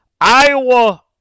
Iowa